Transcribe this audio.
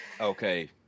Okay